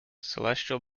celestial